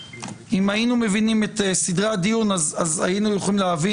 אם היינו מבינים את סדרי הדיון יכולנו להבין